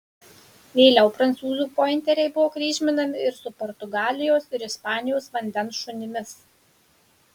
vėliau prancūzų pointeriai buvo kryžminami ir su portugalijos ir ispanijos vandens šunimis